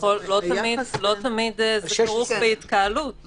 לא תמיד זה כרוך בהתקהלות.